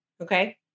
Okay